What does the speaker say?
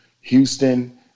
Houston